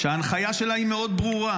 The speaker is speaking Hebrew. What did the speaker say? שההנחיה שלה היא מאוד ברורה,